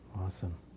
Awesome